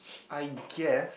I guess